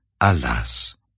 Alas